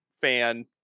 fan